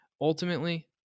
ultimately